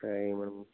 சரிங்க மேடம்